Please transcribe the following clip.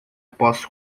posso